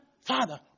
Father